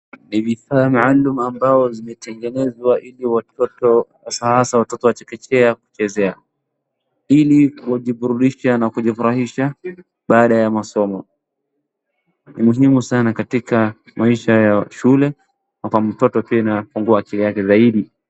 Ni vifaa maalum ambazo zimetengenezwa hasaa watoto wa chekechea kuchezea ili kujiburudisha na kujifurahisha baada ya masomo. Ni muhimu sana katika maisha ya shule na mtoto pia inafungua akili yake zaidi.